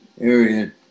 area